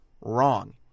Wrong